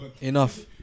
Enough